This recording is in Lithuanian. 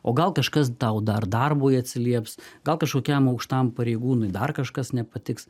o gal kažkas tau dar darbui atsilieps gal kažkokiam aukštam pareigūnui dar kažkas nepatiks